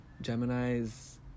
gemini's